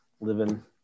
living